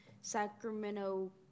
Sacramento